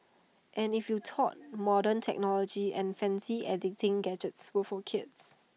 and if you thought modern technology and fancy editing gadgets were for kids